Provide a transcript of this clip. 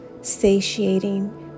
satiating